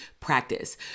practice